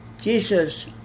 Jesus